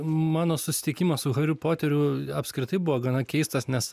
mano susitikimas su hariu poteriu apskritai buvo gana keistas nes